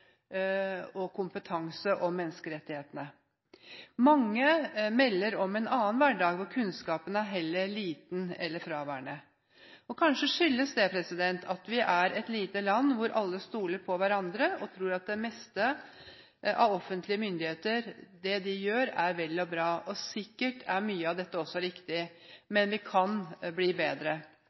og kompetanse om menneskerettighetene. Mange melder om en annen hverdag hvor kunnskapen er heller liten eller fraværende. Kanskje skyldes det at vi er et lite land hvor alle stoler på hverandre og tror at det meste av det offentlige myndigheter gjør, er vel og bra. Sikkert er mye av dette også riktig, men vi kan bli bedre.